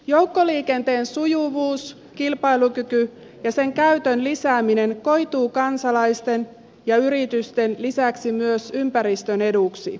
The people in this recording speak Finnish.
joukkoliikenteen sujuvuus kilpailukyky ja sen käytön lisääminen koituvat kansalaisten ja yritysten edun lisäksi ympäristön eduksi